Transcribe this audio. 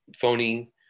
phony